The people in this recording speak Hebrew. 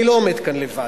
אני לא עומד כאן לבד,